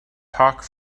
talk